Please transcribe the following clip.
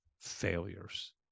failures